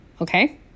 Okay